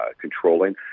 controlling